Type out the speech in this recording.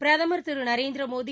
பிரதமர் திரு நரேந்திர மோடி